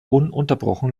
ununterbrochen